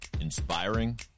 inspiring